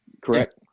correct